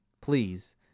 Please